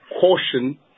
caution